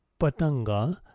patanga